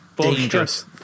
dangerous